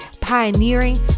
pioneering